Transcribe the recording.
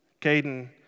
Caden